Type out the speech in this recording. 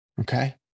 Okay